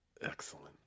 excellent